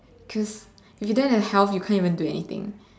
cause if you don't have health you can't even do anything